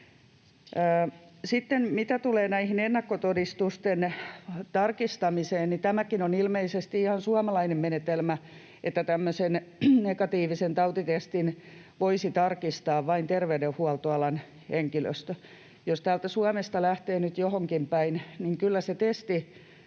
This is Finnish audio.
Sitten mitä tulee näiden ennakkotodistusten tarkistamiseen, niin tämäkin on ilmeisesti ihan suomalainen menetelmä, että tämmöisen negatiivisen tautitestin voisi tarkistaa vain terveydenhuoltoalan henkilöstö. Jos täältä Suomesta lähtee nyt johonkin päin, niin kyllä se